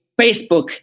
Facebook